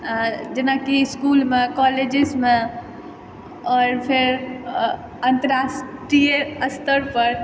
जेनाकि इसकुलमे कॉलेज मे आओर फेर अंतर्राष्ट्रीय स्तर पर